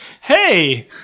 Hey